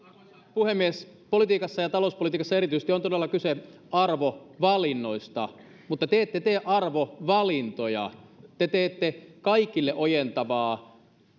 puhemies politiikassa ja erityisesti talouspolitiikassa on todella kyse arvovalinnoista mutta te ette tee arvovalintoja vaan te teette kaikille ojentavaa